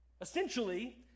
Essentially